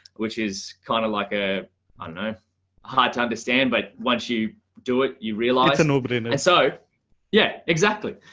which is kind of like a hard to understand. but once you do it, you realize an opening, so yeah, exactly.